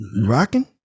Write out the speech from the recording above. Rocking